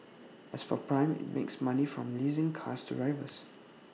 as for prime IT makes money from leasing cars to drivers